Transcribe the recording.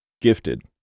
Gifted